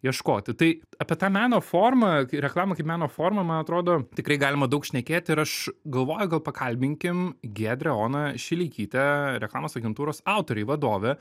ieškoti tai apie tą meno formą reklamą kaip meno formą man atrodo tikrai galima daug šnekėti ir aš galvoju gal pakalbinkim giedrę oną šileikytę reklamos agentūros autoriai vadovę